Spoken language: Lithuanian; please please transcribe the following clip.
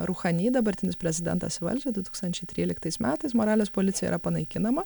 ruchany dabartinis prezidentas į valdžią du tūkstančiai tryliktais metais moralės policija yra panaikinama